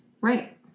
Right